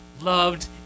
loved